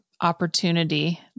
opportunity